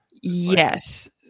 Yes